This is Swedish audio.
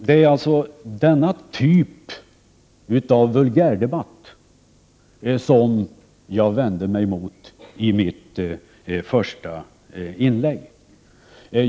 Det är alltså denna typ av vulgärdebatt som jag vände mig mot i mitt första inlägg.